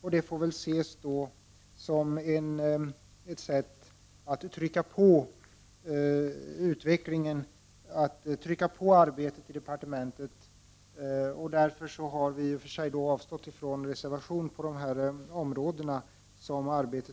Detta får väl ses som ett sätt att så att säga trycka på arbetet i departementet. Därför har vi avstått från att reservera oss när det gäller de områden som detta arbete